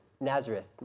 Nazareth